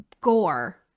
gore